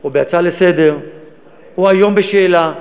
או בהצעה לסדר-היום או היום בשאלה,